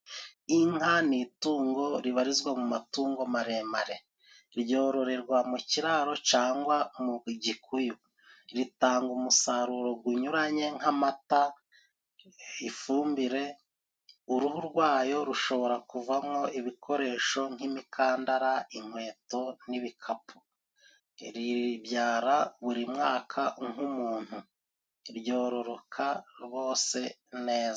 Inka ni itungo ribarizwa mu matungo maremare. Ryororerwa mu kiraro cyangwa mu gikuyu，ritanga umusaruro gunyuranye nk'amata， ifumbire， uruhu rwayo rushobora kuvamo ibikoresho nk'imikandara，inkweto n'ibikapu， ribyara buri mwaka nk'umuntu，ryororoka rwose neza.